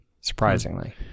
surprisingly